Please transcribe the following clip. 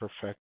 perfect